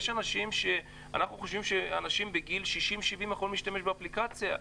אנחנו חושבים שאנשים בני 70-60 יכולים להשתמש באפליקציה.